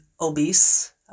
obese